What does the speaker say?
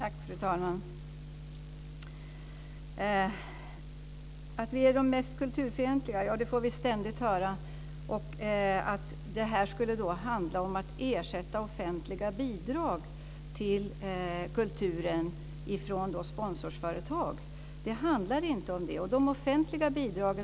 Fru talman! Att vi är de mest kulturfientliga får vi ständigt höra liksom att det här skulle handla om att ersätta offentliga bidrag till kulturen med bidrag från sponsorföretag. Men det handlar inte om det.